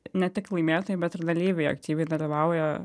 ne tik laimėtojai bet ir dalyviai aktyviai dalyvauja